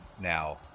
now